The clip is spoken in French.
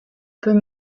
peut